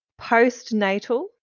postnatal